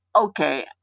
Okay